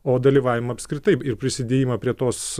o dalyvavimą apskritai ir prisidėjimą prie tos